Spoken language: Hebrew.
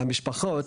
המשפחות.